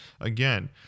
again